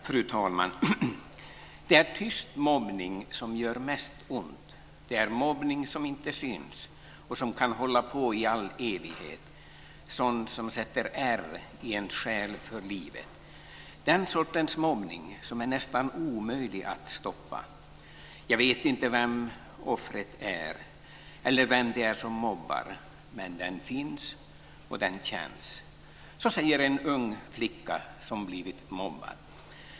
Fru talman! Det är tyst mobbning som gör mest ont. Det är mobbning som inte syns och som kan hålla på i all evighet, sådan som sätter ärr i ens själ för livet. Den sortens mobbning som är nästan omöjlig att stoppa. Jag vet inte vem offret är eller vem det är som mobbar. Men den finns, och den känns. Så säger en ung flicka som blivit mobbad.